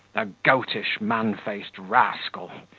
a goatish, man-faced rascal!